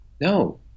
No